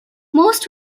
most